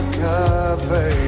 cover